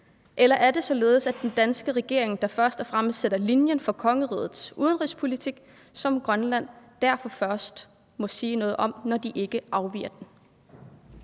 eller er det således, at det er den danske regering, der først og fremmest sætter linjen for kongerigets udenrigspolitik, som Grønland derfor først må sige noget om, når holdningerne ikke afviger fra